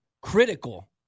critical